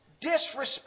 disrespect